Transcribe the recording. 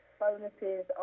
bonuses